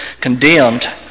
condemned